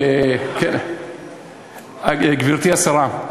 גברתי השרה,